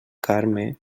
carme